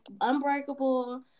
unbreakable